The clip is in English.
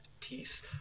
teeth